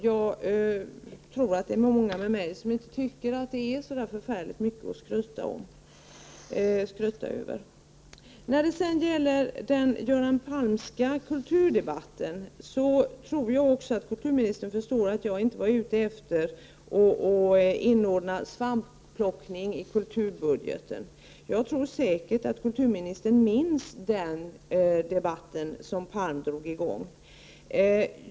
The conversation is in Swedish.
Många med mig tycker att det inte är så förfärligt mycket att skryta med. När det gäller den Göran Palmska kulturdebatten tror jag att kulturministern förstår att jag inte var ute efter att inordna svampplockning i kulturbudgeten. Jag tror säkert att kulturministern minns den debatt som Palm drog i gång.